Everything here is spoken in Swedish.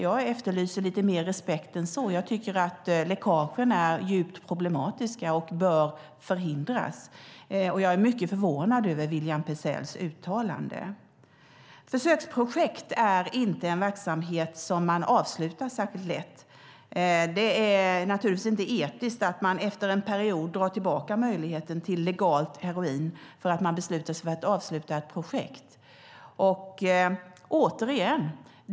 Jag efterlyser lite mer respekt än så. Läckagen är djupt problematiska och bör förhindras. Jag är mycket förvånad över William Petzälls uttalande. Försöksprojekt är inte en verksamhet som man avslutar särskilt lätt. Det är inte etiskt att man efter en period drar tillbaka möjligheten till legalt heroin för att man beslutar sig för att avsluta ett projekt.